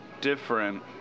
different